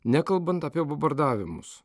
nekalbant apie bombardavimus